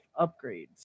upgrades